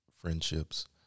friendships